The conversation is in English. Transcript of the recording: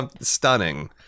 stunning